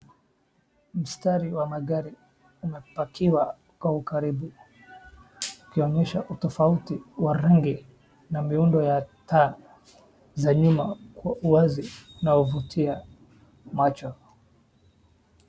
Mstari wa magari umepakiwa kwa ukaribu ukionyesha utofauti wa rangi na miundo ya taa za nyuma kwa uwazi unavutia macho.